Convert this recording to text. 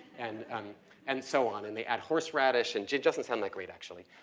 and um and so on. and they add horse radish and doesn't sound that great actually.